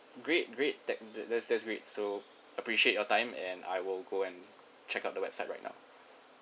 great great that~ that's that's great so appreciate your time and I will go and check out the website right now